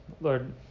Lord